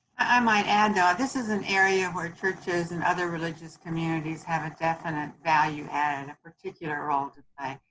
i might add that this is an area where churches and other religious communities have a definite value to add, and a particular role to